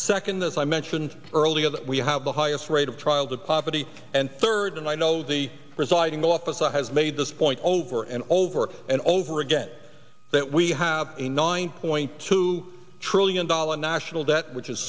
second this i mentioned earlier that we have the highest rate of trials of poverty and third and i know the presiding officer has made this point over and over and over again that we have a nine point two trillion dollars national debt which is